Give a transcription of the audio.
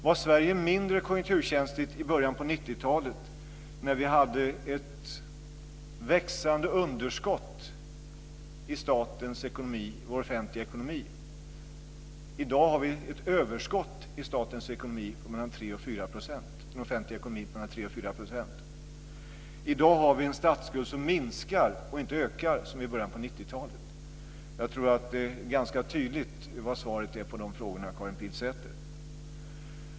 Var Sverige mindre konjunkturkänsligt i början på 90 talet när vi hade ett växande underskott i statens ekonomi och i vår offentliga ekonomi? I dag har vi ett överskott i statens ekonomi och i den offentliga ekonomin på mellan 3 % och 4 %. I dag har vi en statsskuld som minskar, och inte ökar som i början på 90-talet. Jag tror att det är ganska tydligt vad svaret är på de frågorna, Karin Pilsäter.